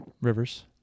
Rivers